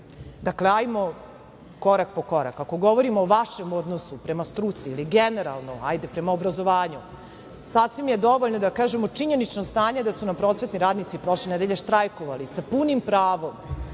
Dakle, ajmo korak po korak. Ako govorimo o vašem odnosu prema struci ili generalno, ajde, prema obrazovanju, sasvim je dovoljno da kažemo činjenično stanje da su nam prosvetni radnici prošle nedelje štrajkovali sa punim pravom. Znate,